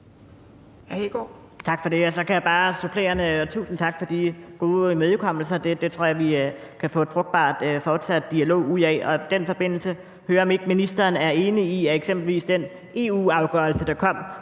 Tak for det. Og tusind tak for de gode imødekommelser; det tror jeg vi kan få en frugtbar fortsat dialog ud af. I den forbindelse vil jeg høre, om ministeren ikke er enig i, at eksempelvis den EU-afgørelse, der kom